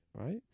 right